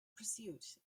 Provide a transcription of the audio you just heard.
pursuit